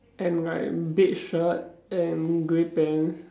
and like beige shirt and grey pants